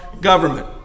government